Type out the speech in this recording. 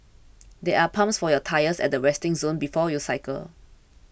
there are pumps for your tyres at the resting zone before you cycle